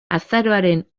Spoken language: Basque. azaroaren